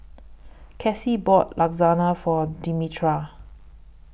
Casie bought Lasagna For Demetria